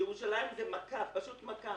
בירושלים זה פשוט מכה